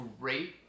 great